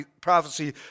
prophecy